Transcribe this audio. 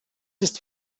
ist